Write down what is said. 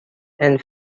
and